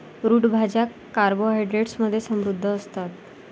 route भाज्या carbohydrates मध्ये समृद्ध असतात